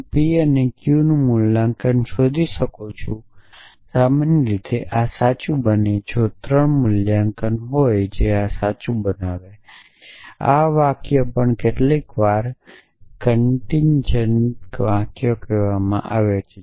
હું p અને q નું મૂલ્યાંકન શોધી શકું છું સામાન્ય રીતે આ સાચું બને જો 3 મૂલ્યાંકન હોય જે આ સાચું બનાવે છે આવા વાક્યો પણ કેટલીક વાર કનટીનજેંટ વાક્યો કહે છે